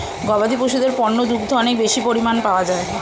গবাদি পশুদের পণ্য দুগ্ধ অনেক বেশি পরিমাণ পাওয়া যায়